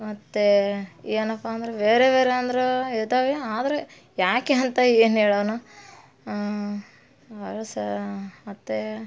ಮತ್ತು ಏನಪ್ಪ ಅಂದ್ರೆ ಬೇರೆ ಬೇರೆ ಅಂದರೂ ಇದ್ದಾವೆ ಆದರೆ ಯಾಕೆ ಅಂತ ಏನು ಹೇಳೋಣ ಮತ್ತು